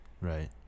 Right